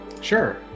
Sure